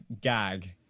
gag